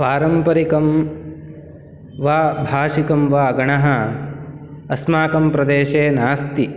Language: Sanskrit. पारम्परिकं वा भाषिकं वा गणः अस्माकं प्रदेशे नास्ति